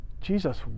Jesus